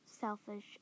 selfish